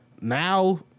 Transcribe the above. now